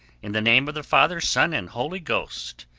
in the name of the father, son, and holy ghost,